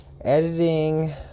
editing